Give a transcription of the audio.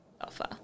offer